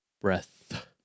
Breath